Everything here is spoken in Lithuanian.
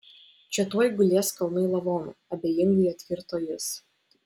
čia tuoj gulės kalnai lavonų abejingai atkirto jis